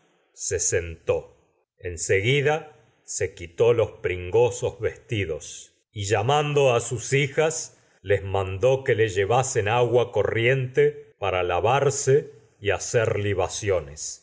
se dos y sentó en seguida se quitó los pringosos vesti llamando a sus hijas les mandó que le llevasen agua corriente para lavarse y hacer libaciones